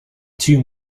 two